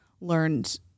learned